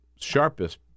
sharpest